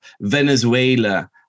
Venezuela